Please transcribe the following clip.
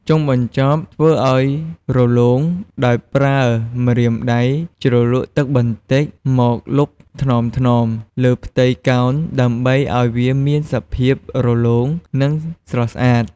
ចុងបញ្ជប់ធ្វើឱ្យរលោងដោយប្រើម្រាមដៃជ្រលក់ទឹកបន្តិចមកលុបថ្នមៗលើផ្ទៃកោណដើម្បីឱ្យវាមានសភាពរលោងនិងស្រស់ស្អាត។